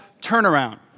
turnaround